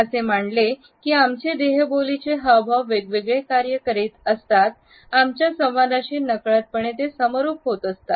असे मानले की आमचे देहबोलीचे हावभाव वेगवेगळे कार्य करीत असतात आमच्या संवादाशी नकळतपणे समरूप असतात